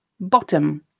bottom